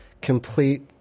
Complete